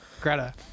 Greta